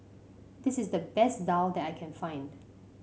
this is the best daal that I can find